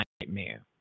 nightmare